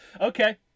Okay